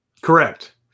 Correct